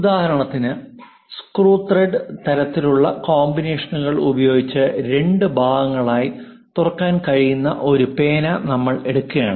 ഉദാഹരണത്തിന് screw thread തരത്തിലുള്ള കോമ്പിനേഷനുകൾ ഉപയോഗിച്ച് രണ്ട് ഭാഗങ്ങളായി തുറക്കാൻ കഴിയുന്ന ഒരു പേന നമ്മൾ എടുക്കുകയാണ്